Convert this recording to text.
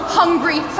hungry